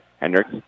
Hendricks